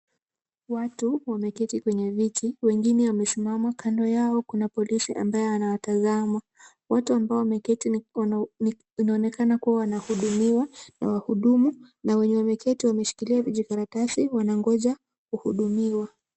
Watu wameketi kwenye viti mwingine amesimama kando yao kuna polisi ambaye anawatazama. watu ambao wameketi inaonekana kuwa wanahudumiwa. na wahudumu na wenye wameketi wameshikilia vijikaratasi wanangoja kuhudumiwa.